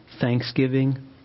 thanksgiving